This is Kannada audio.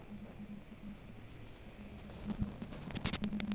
ಫೈನಾನ್ಸಿಯಲ್ ಮಾರ್ಕೆಟಿಂಗ್ ವಳಗ ಎಷ್ಟ್ ಪ್ರಕ್ರಾರ್ಗಳವ?